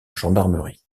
gendarmerie